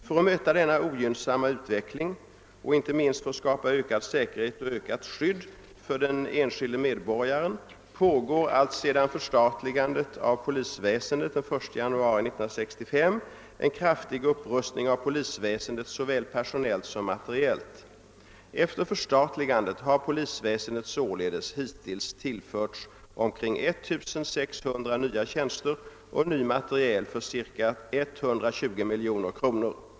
För att möta denna ogynnsamma utveckling och inte minst för att skapa ökad säkerhet och ökat skydd för den enskilde medborgaren pågår alltsedan förstatligandet av polisväsendet den 1 januari 1965 en kraftig upprustning av polisväsendet såväl personellt som materiellt. Efter förstatligandet har polisväsendet således hittills tillförts omkring 1 600 nya tjänster och ny materiel för cirka 120 miljoner kronor.